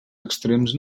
extrems